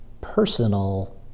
personal